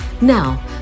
Now